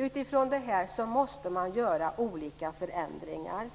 Utifrån detta måste man göra olika förändringar.